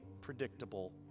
predictable